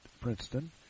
Princeton